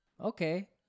okay